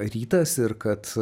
rytas ir kad